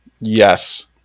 Yes